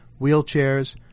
wheelchairs